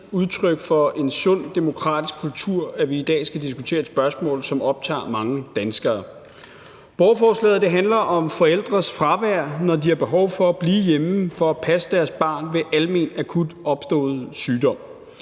udtryk for en sund demokratisk kultur, at vi i dag skal diskutere et spørgsmål, som optager mange danskere. Borgerforslaget handler om forældres fravær, når de har behov for at blive hjemme for at passe deres barn ved almen akut opstået sygdom.